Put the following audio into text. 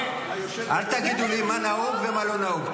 אל תגידו לי מה נהוג ומה לא נהוג.